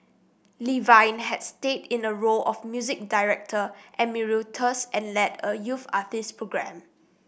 Levine had stayed in a role of music director emeritus and led a youth artist program